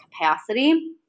capacity